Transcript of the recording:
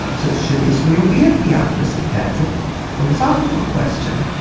so should israel be a theocracy? that's a philosophical question.